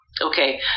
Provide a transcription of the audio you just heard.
Okay